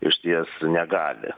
išties negali